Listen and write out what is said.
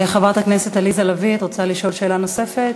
חברת הכנסת עליזה לביא, את רוצה לשאול שאלה נוספת?